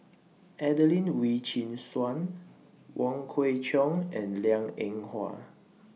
Adelene Wee Chin Suan Wong Kwei Cheong and Liang Eng Hwa